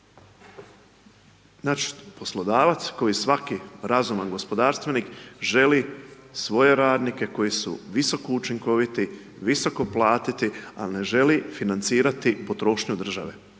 Znači poslodavac kao i svaki razumni gospodarstvenik želi svoje radnike koji su visoko učinkoviti, visoko platiti ali ne želi financirati potrošnju države.